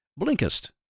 Blinkist